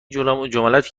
جملاتی